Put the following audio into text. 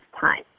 time